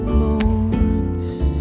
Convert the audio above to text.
moments